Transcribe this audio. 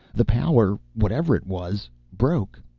the power, whatever it was, broke.